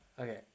okay